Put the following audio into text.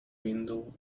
window